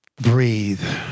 breathe